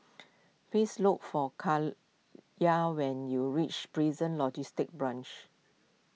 please look for Kiya when you reach Prison Logistic Branch